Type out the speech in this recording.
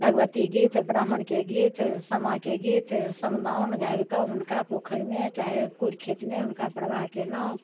भगवती गीत ब्राह्मणके गीत सामाके गीत समदाउन गाबिके हुनका पोखरिमे चाहे चाहे कोइ खेतमे हुनका प्रवाह कयलहुँ